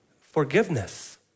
Forgiveness